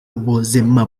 buzima